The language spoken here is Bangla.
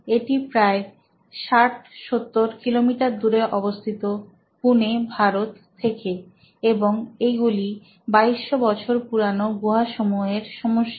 এটি প্রায় 6070 কিলোমিটার দূরে অবস্থিত পুণে ভারত থেকে এবং এইগুলি 2200 বছর পুরানো গুহাসমূহের সমষ্টি